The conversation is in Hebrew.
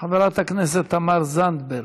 חברת הכנסת תמר זנדברג.